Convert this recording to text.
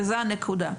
וזוהי הנקודה.